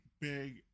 big